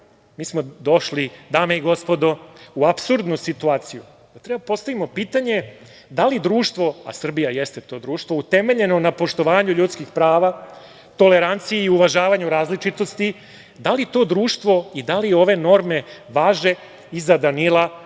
smo došli, dame i gospodo, u apsurdnu situaciju, da treba da postavimo pitanje – da li društvo, a Srbija jeste to društvo, utemeljeno na poštovanju ljudskih prava, toleranciji i uvažavanju različitosti, da li to društvo i da li ove norme važe i za Danila,